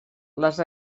les